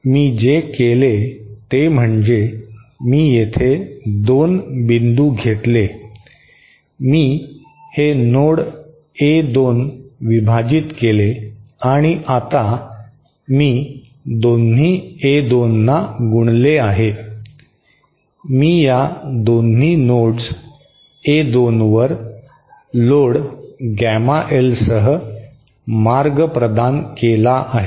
तर मी जे केले ते म्हणजे मी येथे 2 बिंदू घेतले मी हे नोड ए 2 विभाजित केले आणि आता मी दोन्ही ए 2 ना गुणले आहे मी या दोन्ही नोड्स ए 2 वर लोड गॅमा एलसह मार्ग प्रदान केला आहे